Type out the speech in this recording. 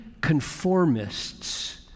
conformists